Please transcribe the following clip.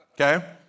Okay